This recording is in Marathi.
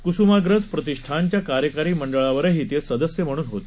क्स्माग्रज प्रतिष्ठानच्या कार्यकारी मंडळावरही ते सदस्य म्हणून होते